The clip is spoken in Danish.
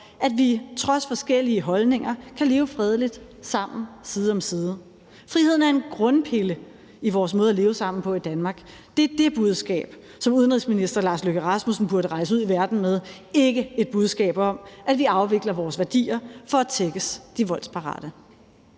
at vi trods forskellige holdninger kan leve fredeligt sammen side om side. Friheden er en grundpille i vores måde at leve sammen på i Danmark. Det er det budskab, som udenrigsministeren burde rejse ud i verden med, ikke et budskab om, at vi afvikler vores værdier for at tækkes de voldsparate.